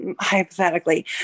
hypothetically